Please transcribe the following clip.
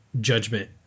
judgment